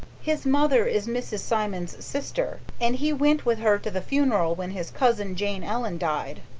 his mother is mrs. simon's sister and he went with her to the funeral when his cousin, jane ellen, died.